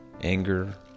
anger